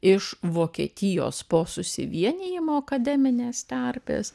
iš vokietijos po susivienijimo akademinės terpės